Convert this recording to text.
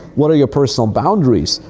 what are your personal boundaries?